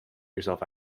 yourself